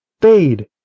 Fade